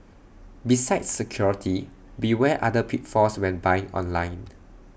besides security beware other pitfalls when buying online